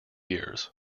years